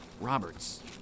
Roberts